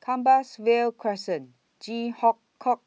Compassvale Crescent Ji Huang Kok